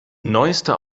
neueste